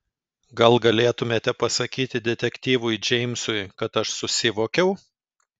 gal galėtumėte pasakyti detektyvui džeimsui kad aš susivokiau